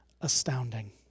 astounding